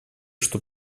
что